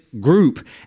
group